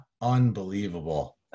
Unbelievable